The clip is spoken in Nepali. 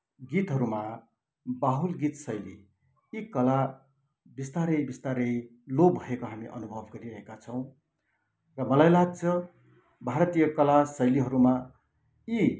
गीतहरूमा बाहुल गीत शैली यी कला बिस्तारै बिस्तारै लोप भएको हामीले अनुभव गरिरहेका छौँ र मलाई लाग्छ भारतीय कला शैलीहरूमा यी